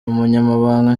umunyamabanga